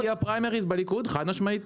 התמודדתי לפריימריז בליכוד, חד משמעית.